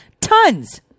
Tons